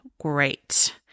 great